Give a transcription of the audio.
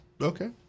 okay